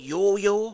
Yo-yo